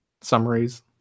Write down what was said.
summaries